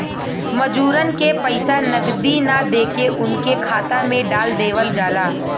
मजूरन के पइसा नगदी ना देके उनके खाता में डाल देवल जाला